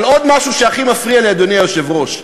אבל עוד משהו שהכי מפריע לי, אדוני היושב-ראש,